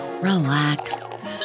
relax